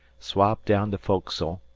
swabbed down the foc'sle,